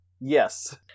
Yes